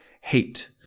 hate